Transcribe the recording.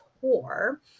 tour